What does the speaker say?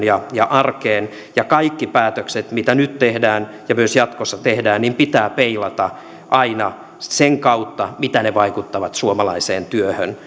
ja ja arkeen ja kaikki päätökset mitä nyt tehdään ja myös jatkossa tehdään pitää peilata aina sen kautta mitä ne vaikuttavat suomalaiseen työhön